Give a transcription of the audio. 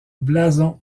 blason